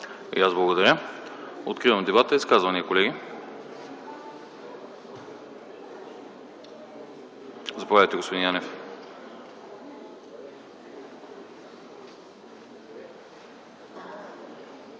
И аз благодаря. Откривам дебата. Изказвания, колеги? Заповядайте, господин Янев.